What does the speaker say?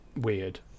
weird